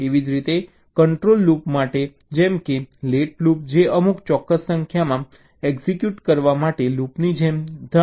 એવી જ રીતે કંટ્રોલ લૂપ માટે જેમ કે લેટ લૂપ જે અમુક ચોક્કસ સંખ્યામાં એક્ઝિક્યુટ કરવા માટે લૂપની જેમ ધારો